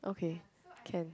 okay can